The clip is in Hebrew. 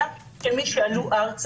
נתב"ג הוא מקום שממנו יכולה להיפתח הרעה.